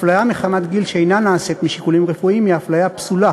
אפליה מחמת גיל שאינה נעשית משיקולים רפואיים היא אפליה פסולה